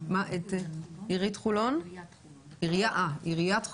את סיון זורע מעיריית חולון.